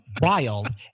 wild